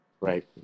right